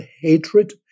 hatred